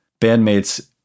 bandmates